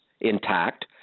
intact